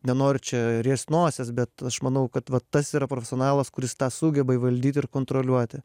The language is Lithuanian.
nenoriu čia riest nosies bet aš manau kad va tas yra profesionalas kuris tą sugeba įvaldyt ir kontroliuoti